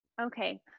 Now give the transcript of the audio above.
Okay